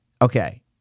Okay